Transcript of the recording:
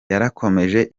yarakomeje